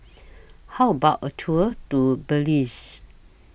How about A Tour Do Belize